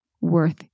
worth